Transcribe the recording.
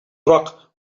roc